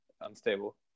unstable